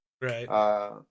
Right